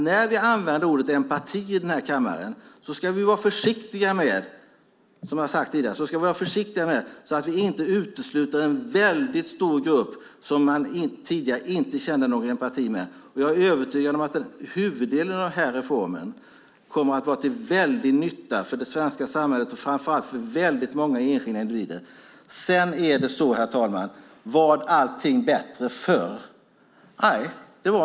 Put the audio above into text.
När vi använder ordet empati i kammaren ska vi vara försiktiga så att vi inte utesluter en stor grupp som man tidigare inte kände empati med. Jag är övertygad om att huvuddelen av reformen kommer att vara till stor nytta för det svenska samhället och framför allt för många enskilda individer. Herr talman! Var allt bättre förr?